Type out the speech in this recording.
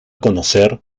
conocer